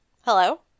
Hello